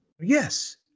Yes